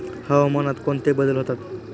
हवामानात कोणते बदल होतात?